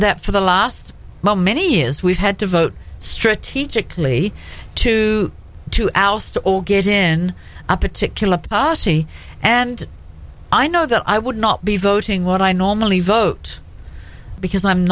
that for the last my many years we've had to vote strategically to oust or get in a particular posse and i know that i would not be voting what i normally vote because i'm